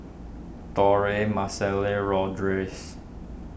Torey Mellisa Lourdes